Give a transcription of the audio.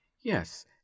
Yes